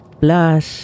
plus